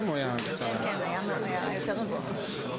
ננעלה בשעה